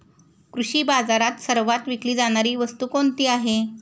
कृषी बाजारात सर्वात विकली जाणारी वस्तू कोणती आहे?